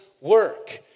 work